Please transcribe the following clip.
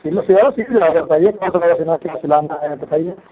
क्या सिलाना है बताइए